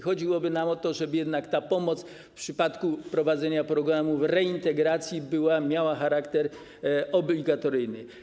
Chodziłoby nam o to, żeby jednak ta pomoc w przypadku prowadzenia programów reintegracji miała charakter obligatoryjny.